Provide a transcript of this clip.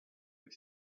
have